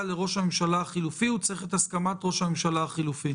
לראש הממשלה החלופי הוא צריך את הסכמת ראש הממשלה החלופי?